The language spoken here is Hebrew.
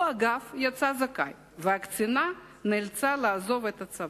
הוא, אגב, יצא זכאי והקצינה נאלצה לעזוב את הצבא.